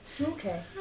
Okay